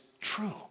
true